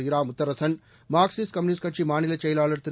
இரா Mutharasan Marxist Communist கட்சி மாநிலச் செயலாளர் திரு